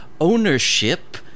ownership